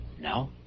No